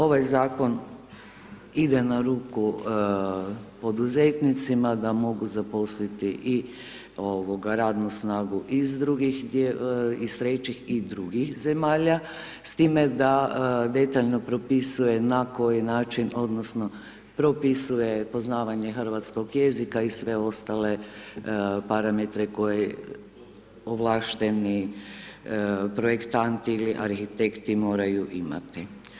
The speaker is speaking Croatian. Ovaj zakon ide na ruku poduzetnicima da mogu zaposliti i radnu snagu iz drugih, iz trećih i drugih zemalja s time da detaljno propisuje na koji način odnosno propisuje poznavanje hrvatskog jezika i sve ostale parametre koje ovlašteni projektanti ili arhitekti moraju imati.